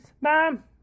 mom